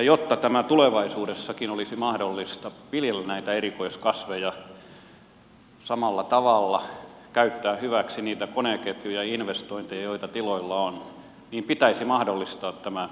jotta tulevaisuudessakin olisi mahdollista viljellä näitä erikoiskasveja samalla tavalla käyttää hyväksi niitä koneketjuja ja investointeja joita tiloilla on niin pitäisi mahdollistaa tämä nykyinen käytäntö